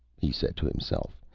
he said to himself,